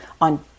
on